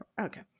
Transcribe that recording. Okay